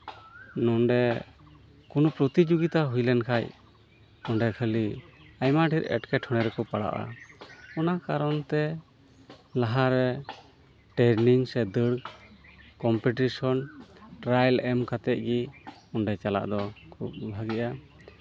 ᱱᱚᱰᱮ ᱠᱳᱱᱳ ᱯᱨᱚᱛᱤᱡᱳᱜᱤᱛᱟ ᱦᱩᱭ ᱞᱮᱱᱠᱷᱟᱡ ᱚᱸᱰᱮ ᱠᱷᱟᱹᱞᱤ ᱟᱭᱢᱟ ᱰᱷᱮᱨ ᱮᱸᱴᱠᱮᱴᱚᱬᱮ ᱨᱮᱠᱚ ᱯᱟᱲᱟᱜᱼᱟ ᱚᱱᱟ ᱠᱟᱨᱚᱱ ᱛᱮ ᱞᱟᱦᱟᱨᱮ ᱴᱨᱮᱱᱤᱝ ᱥᱮ ᱫᱟᱹᱲ ᱠᱚᱢᱯᱤᱴᱤᱥᱚᱱ ᱴᱨᱟᱭᱟᱞ ᱮᱢ ᱠᱟᱛᱮᱫ ᱜᱮ ᱚᱸᱰᱮ ᱪᱟᱞᱟᱜ ᱫᱚ ᱠᱷᱩᱵ ᱵᱷᱟᱹᱜᱤᱭᱟ